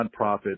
nonprofit